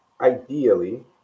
ideally